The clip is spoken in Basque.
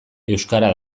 euskara